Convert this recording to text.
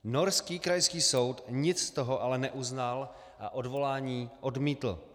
Norský krajský soud nic z toho ale neuznal a odvolání odmítl.